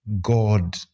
God